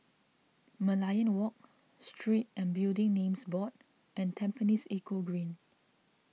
Merlion Walk Street and Building Names Board and Tampines Eco Green